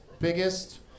Biggest